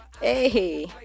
Hey